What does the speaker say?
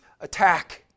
attack